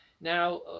Now